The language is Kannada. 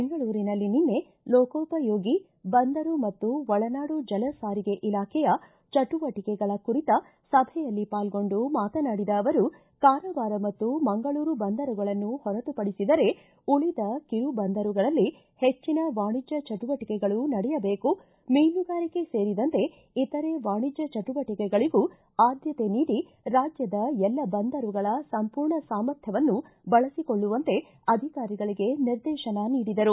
ಬೆಂಗಳೂರಿನಲ್ಲಿ ನಿನ್ನೆ ಲೋಕೋಪಯೋಗಿ ಬಂದರು ಮತ್ತು ಒಳನಾಡು ಜಲಸಾರಿಗೆ ಇಲಾಖೆಯ ಚಟುವಟಿಕೆಗಳ ಕುರಿತ ಸಭೆಯಲ್ಲಿ ಪಾಲ್ಗೊಂಡು ಮಾತನಾಡಿದ ಅವರು ಕಾರವಾರ ಮತ್ತು ಮಂಗಳೂರು ಬಂದರುಗಳನ್ನು ಹೊರತುಪಡಿಸಿದರೆ ಉಳಿದ ಕಿರು ಬಂದರುಗಳಲ್ಲಿ ಹೆಚ್ಚಿನ ವಾಣಿಜ್ಯ ಚಟುವಟಿಕೆಗಳು ನಡೆಯಬೇಕು ಮೀನುಗಾರಿಕೆ ಸೇರಿದಂತೆ ಇತರೆ ವಾಣಿಜ್ಯ ಚಟುವಟಿಕೆಗಳಗೂ ಆದ್ಯತೆ ನೀಡಿ ರಾಜ್ಯದ ಎಲ್ಲ ಬಂದರುಗಳ ಸಂಪೂರ್ಣ ಸಾಮರ್ಥ್ಯವನ್ನು ಬಳಸಿಕೊಳ್ಳುವಂತೆ ಅಧಿಕಾರಿಗಳಿಗೆ ನಿರ್ದೇಶನ ನೀಡಿದರು